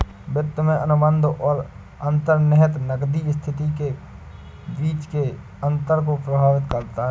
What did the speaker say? वित्त में अनुबंध और अंतर्निहित नकदी स्थिति के बीच के अंतर को प्रभावित करता है